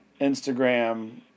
Instagram